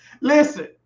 Listen